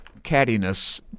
cattiness